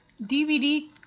DVD